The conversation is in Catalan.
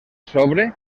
sobre